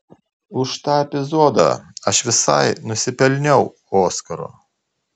už tą epizodą aš visai nusipelniau oskaro